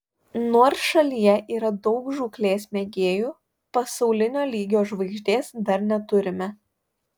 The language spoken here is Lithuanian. nors šalyje yra daug žūklės mėgėjų pasaulinio lygio žvaigždės dar neturime